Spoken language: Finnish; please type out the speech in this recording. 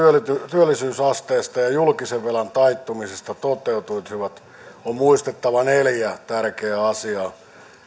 työllisyysasteesta ja julkisen velan taittumisesta toteutuisivat on muistettava neljä tärkeää asiaa